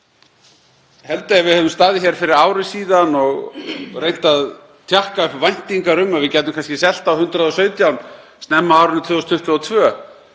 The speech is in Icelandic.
held að ef við hefðum staðið hér fyrir ári og reynt að tjakka upp væntingar um að við gætum kannski selt á 117 snemma á árinu 2022,